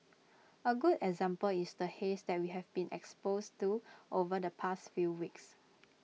A good example is the haze that we have been exposed to over the past few weeks